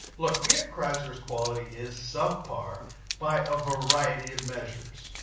look fiat chrysler's quality is subpar by a variety of measures.